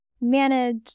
manage